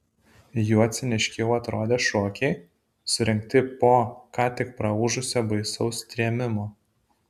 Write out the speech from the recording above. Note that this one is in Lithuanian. juo ciniškiau atrodė šokiai surengti po ką tik praūžusio baisaus trėmimo